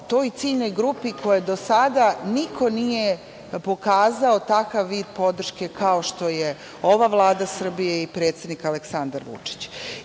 toj ciljnoj grupi kojoj do sada niko nije pokazao takav vid podrške kao što je ova Vlada Srbije i predsednik Aleksandar Vučić. Kada